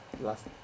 last